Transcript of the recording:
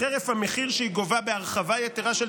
חרף ה'מחיר' שהיא גובה בהרחבה יתרה של